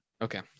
Okay